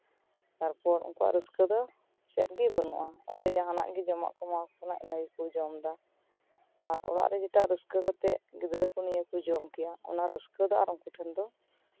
ᱛᱟᱨᱯᱚᱨ ᱩᱱᱠᱩᱣᱟᱜ ᱨᱟᱹᱥᱠᱟᱹ ᱫᱚ ᱪᱮᱫ ᱜᱮ ᱵᱟᱹᱱᱩᱜᱼᱟ ᱚᱰᱮ ᱡᱟᱦᱟᱱᱟᱜ ᱜᱮ ᱡᱚᱢᱟᱜ ᱠᱚ ᱮᱢᱟ ᱠᱚ ᱠᱟᱱᱟ ᱤᱱᱟᱹ ᱜᱮ ᱠᱚ ᱡᱚᱢᱮᱫᱟ ᱟᱨ ᱚᱲᱟᱜ ᱨᱮ ᱡᱮᱴᱟ ᱨᱟᱹᱥᱠᱟᱹ ᱠᱟᱛᱮ ᱜᱤᱫᱽᱨᱟᱹ ᱠᱚ ᱱᱤᱭᱟᱹ ᱠᱚ ᱡᱚᱢ ᱠᱮᱭᱟ ᱚᱱᱟ ᱨᱟᱹᱥᱠᱟᱹ ᱫᱚ ᱩᱱᱠᱩ ᱴᱷᱮᱱ ᱫᱚ